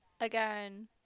again